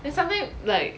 there's something like